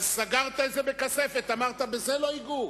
אבל סגרת את זה בכספת, אמרת: בזה לא ייגעו